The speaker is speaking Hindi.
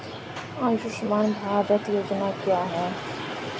आयुष्मान भारत योजना क्या है?